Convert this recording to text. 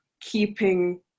keeping